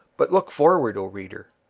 but look forward, o reader!